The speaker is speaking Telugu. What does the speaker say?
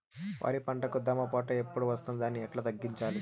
వరి పంటకు దోమపోటు ఎప్పుడు వస్తుంది దాన్ని ఎట్లా తగ్గించాలి?